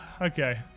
okay